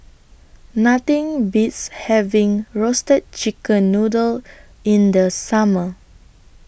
Nothing Beats having Roasted Chicken Noodle in The Summer